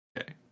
Okay